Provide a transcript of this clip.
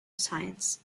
science